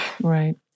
Right